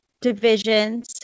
divisions